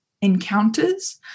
encounters